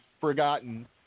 forgotten